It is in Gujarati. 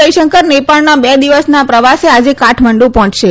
જયશંકર નેપાળના બે દિવસના પ્રવાસે આજે કંઠમંડુ પહોંચશે